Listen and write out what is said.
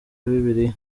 bibiliya